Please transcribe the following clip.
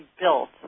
built